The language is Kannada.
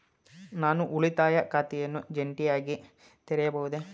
ನಾನು ಉಳಿತಾಯ ಖಾತೆಯನ್ನು ಜಂಟಿಯಾಗಿ ತೆರೆಯಬಹುದೇ?